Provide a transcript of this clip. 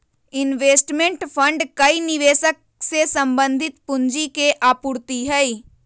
investment fund कई निवेशक से संबंधित पूंजी के आपूर्ति हई